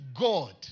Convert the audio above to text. God